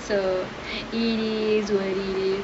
so it is what it is